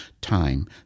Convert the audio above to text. time